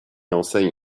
enseigne